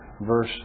verse